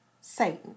Satan